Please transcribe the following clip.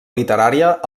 literària